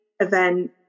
event